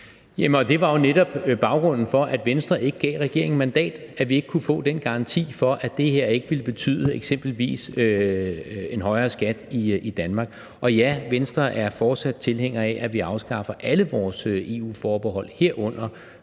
Det var jo netop baggrunden for, at Venstre ikke gav regeringen mandat: at vi ikke kunne få den garanti for, at det her ikke ville betyde eksempelvis en højere skat i Danmark. Og ja, Venstre er fortsat tilhænger af, at vi afskaffer alle vores EU-forbehold, herunder